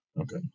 Okay